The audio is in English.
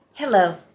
Hello